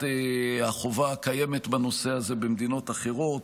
החובה הקיימת בנושא הזה במדינות אחרות,